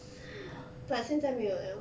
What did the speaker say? but 现在没有了